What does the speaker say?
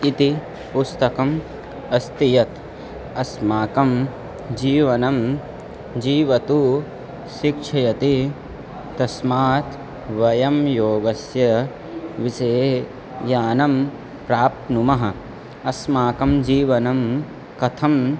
इति पुस्तकम् अस्ति यत् अस्माकं जीवनं जीवितुं शिक्षयति तस्मात् वयं योगस्य विषये ज्ञानं प्राप्नुमः अस्माकं जीवनं कथम्